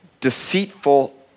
deceitful